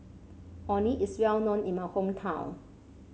Orh Nee is well known in my hometown